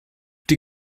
die